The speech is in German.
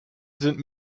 sind